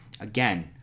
Again